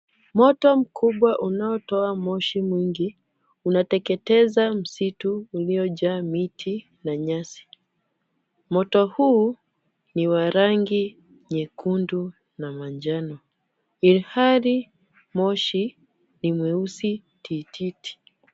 Moto mkubwa unaotoa moshi mwingi, unateketeza msitu uliojaa miti na nyasi, moto huu ni wa rangi nyekundu na manjano, ilihali moshi ni mweusi tititi.